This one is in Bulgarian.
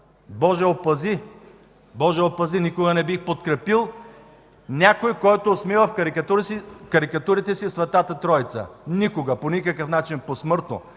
Боже, опази! Боже, опази, никога не бих подкрепил някой, който осмива в карикатурите си Светата Троица. Никога, по никакъв начин посмъртно